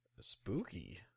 Spooky